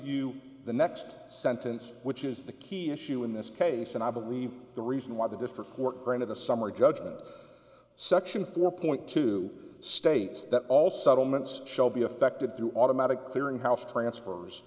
you the next sentence which is the key issue in this case and i believe the reason why the district court granted a summary judgment section four point two states that all settlements shall be affected through automatic clearing house transfers